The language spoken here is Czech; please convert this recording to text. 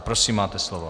Prosím, máte slovo.